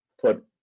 put